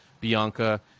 Bianca